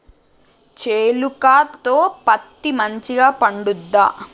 చేలుక లో పత్తి మంచిగా పండుద్దా?